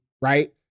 right